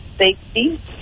safety